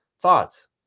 thoughts